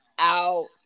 out